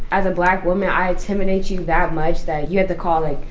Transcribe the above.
as a black woman, i intimidate you that much that you had to call, like,